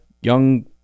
young